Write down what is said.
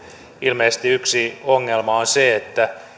ilmeisesti yksi ongelma on se että